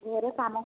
ଘରେ କାମ